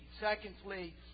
Secondly